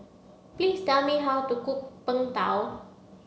please tell me how to cook png tao